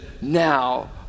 now